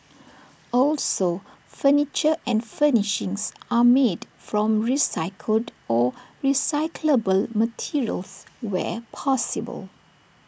also furniture and furnishings are made from recycled or recyclable materials where possible